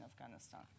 Afghanistan